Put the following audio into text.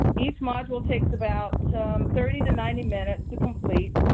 each module takes about thirty to ninety minutes to complete,